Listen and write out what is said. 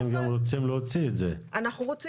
אנחנו רוצים להוציא את זה,